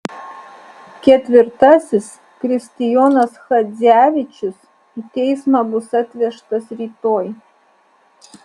ketvirtasis kristijonas chadzevičius į teismą bus atvežtas rytoj